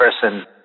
person